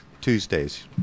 tuesdays